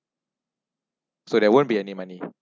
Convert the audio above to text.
so there won't be any money